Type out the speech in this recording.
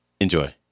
Enjoy